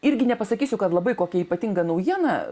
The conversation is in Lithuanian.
irgi nepasakysiu kad labai kokia ypatinga naujiena